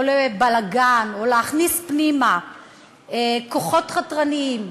או לבלגן, או להכניס פנימה כוחות חתרניים,